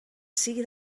sigui